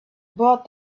bought